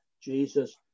Jesus